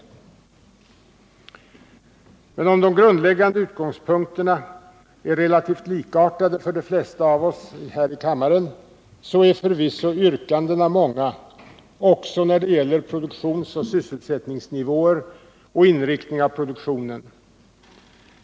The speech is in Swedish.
Men om de grundläggande utgångspunkterna är relativt likartade för de flesta av oss här i kammaren så är förvisso yrkandena många, också när det gäller produktionsoch sysselsättningsnivåer samt inriktning av produktionen.